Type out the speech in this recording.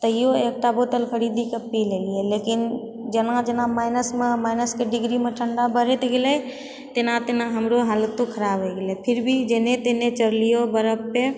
तैयो एकटा बोतल खरीद कऽ पी लेलियै लेकिन जेना जेना माइनसमे माइनसके डिग्रीमे ठण्डा बढ़ैत गेलै तेना तेना हमरो हालतो खराब होइ गेलै फिर भी जेना तेना चढ़लियै ओ बर्फपर